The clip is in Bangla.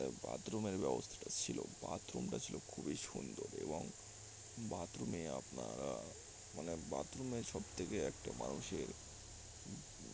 বাথরুমের ব্যবস্থাটা ছিল বাথরুমটা ছিল খুবই সুন্দর এবং বাথরুমে আপনারা মানে বাথরুমে সবথেকে একটা মানুষের